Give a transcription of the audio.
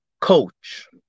coach